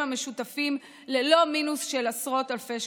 המשותפים ללא מינוס של עשרות אלפי שקלים.